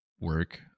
work